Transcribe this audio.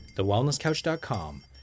TheWellnessCouch.com